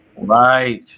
Right